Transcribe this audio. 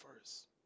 first